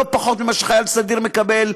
לא פחות ממה שחייל בסדיר מקבל,